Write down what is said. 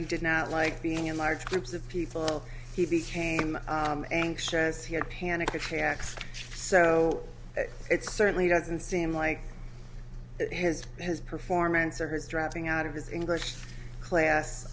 he did not like being in large groups of people he became anxious he had a panic attack so it certainly doesn't seem like that his his performance or his dropping out of his english class